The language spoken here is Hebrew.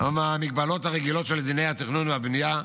מהמגבלות הרגילות של דיני התכנון והבנייה,